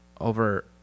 Over